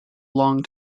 long